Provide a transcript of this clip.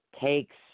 takes